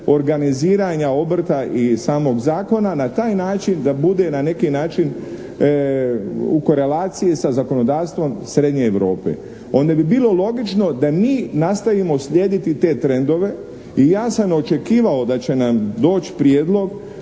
organiziranja obrta i samog zakona na taj način da bude na neki način u korelaciji sa zakonodavstvom srednje Europe, onda bi bilo logično da mi nastavimo slijediti te trendove i ja sam očekivao da će nam doći prijedlog